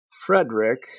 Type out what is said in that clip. Frederick